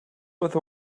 with